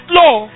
law